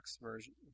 version